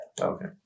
okay